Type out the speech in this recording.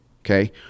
okay